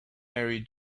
mary